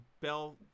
bell